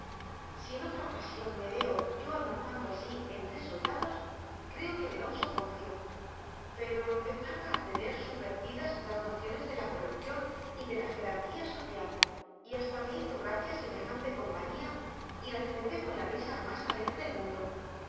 si en otra ocasión me veo yo almorzando así entre soldados creo que me da un soponcio pero empezaba a tener subvertidas las nociones de la corrección y de la jerarquía social y hasta me hizo gracia semejante compañía y la celebré con la risa más alegre del mundo